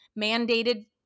mandated